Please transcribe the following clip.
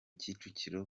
kicukiro